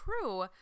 true